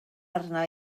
arna